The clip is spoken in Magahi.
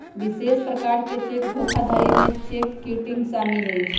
विशेष प्रकार के चेक धोखाधड़ी में चेक किटिंग शामिल हइ